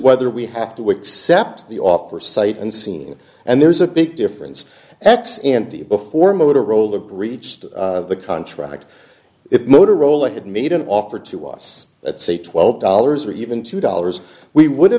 whether we have to accept the offer sight unseen and there's a big difference ex ante before motorola breached the contract it motorola had made an offer to us at say twelve dollars or even two dollars we would